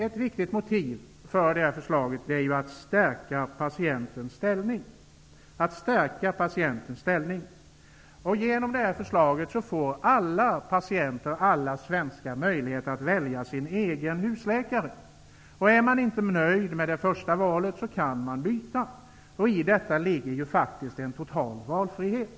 Ett viktigt motiv för detta förslag är att man skall stärka patientens ställning. Genom detta förslag får alla patienter alla möjligheter att välja sin egen husläkare. Är man inte nöjd med det första valet, kan man byta. I detta ligger faktiskt en total valfrihet.